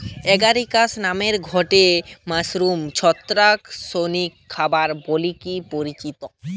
Agaricus নামের গটে mushroom ছত্রাক শৌখিন খাবার বলিকি পরিচিত